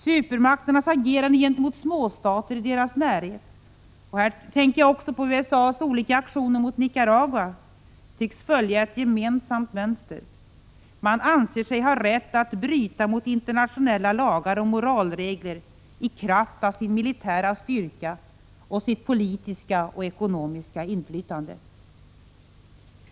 Supermakternas agerande gentemot småstater i deras närhet — och här tänker jag också på USA:s olika aktioner mot Nicaragua — tycks följa ett gemensamt mönster: man anser sig ha rätt att bryta mot internationella lagar och moralregler i kraft av sin militära styrka och sitt politiska och ekonomiska inflytande.